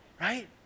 Right